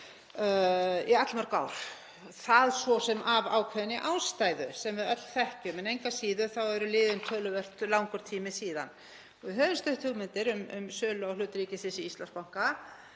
í allmörg ár, svo sem af ákveðinni ástæðu sem við öll þekkjum en engu að síður er liðinn töluvert langur tími síðan. Við höfum stutt hugmyndir um sölu á hlut ríkisins í Íslandsbanka